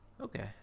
Okay